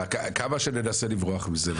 כמה שננסה לברוח מזה.